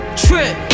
trip